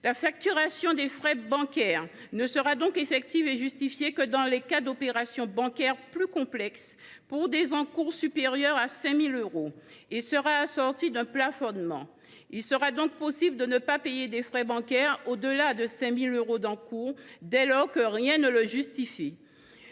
La facturation de frais bancaires ne sera donc effective et justifiée que dans le cas d’opérations bancaires plus complexes, lorsque les encours sont supérieurs à 5 000 euros. Elle sera assortie d’un plafonnement. Il sera donc possible de ne pas payer de frais bancaires lorsque les encours sont supérieurs à 5 000 euros, si rien ne le justifie.